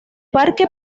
parque